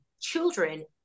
children